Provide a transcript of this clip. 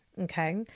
okay